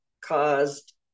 caused